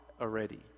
already